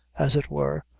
as it were,